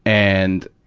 and,